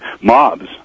mobs